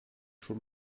schon